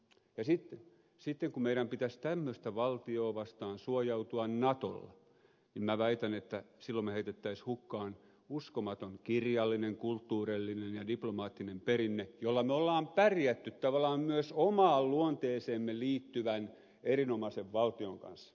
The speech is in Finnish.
ja sitten kun meidän pitäisi tämmöistä valtiota vastaan suojautua natolla niin minä väitän että silloin me heittäisimme hukkaan uskomaton kirjallinen kultturellinen ja diplomaattinen perinne jolla me olemme pärjänneet tavallaan myös omaan luonteeseemme liittyvän erinomaisen valtion kanssa